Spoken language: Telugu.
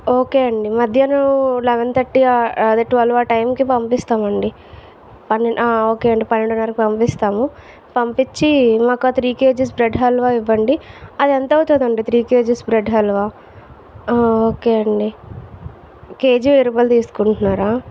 ఓకే అండీ మధ్యాహ్నం లెవన్ థర్టీ అదే ట్వల్వ్ ఆ టైంకి పంపిస్తామండి పన్నెండు ఆ ఓకే అండీ పన్నెండున్నరకి పంపిస్తాము పంపించి మాకు ఆ త్రీ కేజస్ బ్రెడ్ హల్వా ఇవ్వండి అది ఎంతవుతుందండీ three kgs bread halwa okay అండీ కేజీ వెయ్యి రూపాయలు తీసుకుంటున్నారా